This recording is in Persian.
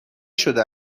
شده